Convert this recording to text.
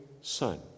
son